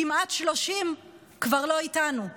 כמעט 30 כבר לא איתנו.